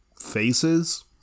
faces